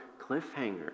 cliffhanger